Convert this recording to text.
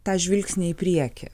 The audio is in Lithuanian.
tą žvilgsnį į priekį